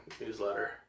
newsletter